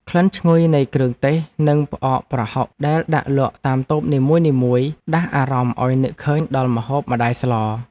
ក្លិនឈ្ងុយនៃគ្រឿងទេសនិងផ្អកប្រហុកដែលដាក់លក់តាមតូបនីមួយៗដាស់អារម្មណ៍ឱ្យនឹកឃើញដល់ម្ហូបម្ដាយស្ល។